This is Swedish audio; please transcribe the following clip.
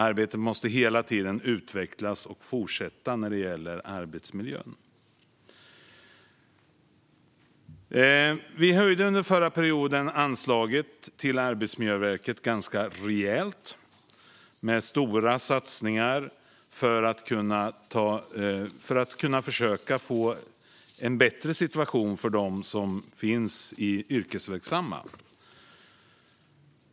Arbetet måste hela tiden utvecklas och fortsätta när det gäller arbetsmiljön. Vi höjde under förra perioden anslaget till Arbetsmiljöverket ganska rejält. Det var stora satsningar för att försöka få en bättre situation för dem som är yrkesverksamma.